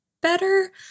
better